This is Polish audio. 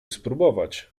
spróbować